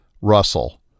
Russell